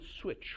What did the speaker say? switch